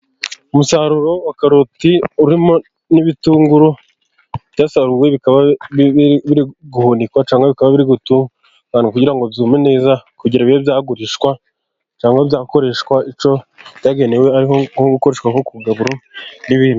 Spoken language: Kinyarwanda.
Umusaruro wa karoti urimo n'ibitunguru byasaruwe bikaba biri guhunikwa cyangwa biri gutunganywa, kugira ngo byume neza kugira ngo bibe byagurishwa cyangwa byakoreshwa icyo byagenewe ari nko gukoreshwa nko ku igaburo n'ibindi.